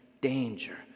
danger